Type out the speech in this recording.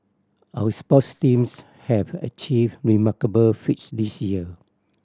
our sports teams have achieved remarkable feats this year